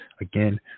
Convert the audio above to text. Again